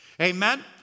Amen